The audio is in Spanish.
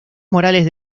morales